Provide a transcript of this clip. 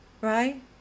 right